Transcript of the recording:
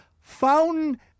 Fountain